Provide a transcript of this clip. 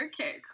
Okay